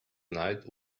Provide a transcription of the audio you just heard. night